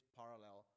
parallel